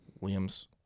William's